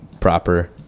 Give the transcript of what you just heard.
proper